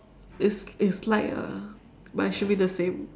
it's it's light ah but it should be the same